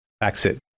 exit